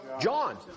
John